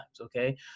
okay